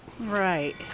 Right